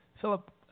Philip